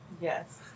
Yes